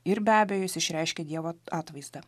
ir be abejo jis išreiškia dievo atvaizdą